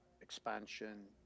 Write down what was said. expansion